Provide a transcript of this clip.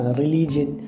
religion